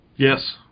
Yes